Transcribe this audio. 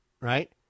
right